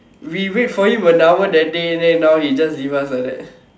we wait for you one hour that day then now he just leave us like that